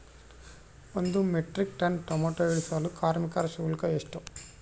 ಒಂದು metric tonne tomato ಇಳಿಸಲು ಕಾರ್ಮಿಕರ ಶುಲ್ಕ ಎಷ್ಟು?